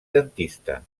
dentista